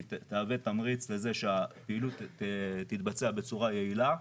שהיא תהווה תמריץ לזה שהפעילות תתבצע בצורה יעילה,